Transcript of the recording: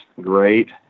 great